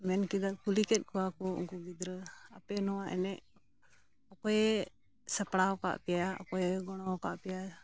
ᱢᱮᱱ ᱠᱮᱫᱟ ᱠᱩᱞᱤ ᱠᱮᱫ ᱠᱚᱣᱟᱠᱚ ᱩᱱᱠᱩ ᱜᱤᱫᱽᱨᱟᱹ ᱟᱯᱮ ᱱᱚᱣᱟ ᱮᱱᱮᱡ ᱚᱠᱚᱭᱮ ᱥᱟᱯᱲᱟᱣ ᱟᱠᱟᱫ ᱯᱮᱭᱟ ᱚᱠᱚᱭᱮ ᱜᱚᱲᱚᱣ ᱟᱠᱟᱫ ᱯᱮᱭᱟ